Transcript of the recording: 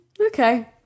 Okay